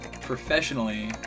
Professionally